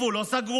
הוסיפו, לא סגרו,